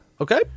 Okay